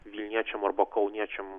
vilniečiam arba kauniečiam